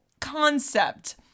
concept